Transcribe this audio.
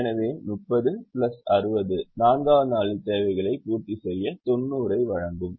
எனவே 30 பிளஸ் 60 நான்காவது நாளின் தேவைகளைப் பூர்த்தி செய்ய 90 ஐ வழங்கும்